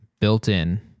built-in